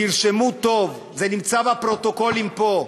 תרשמו טוב, זה נמצא בפרוטוקולים פה.